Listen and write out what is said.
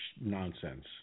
nonsense